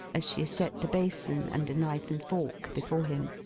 as she set the basin, and a knife and fork, before him.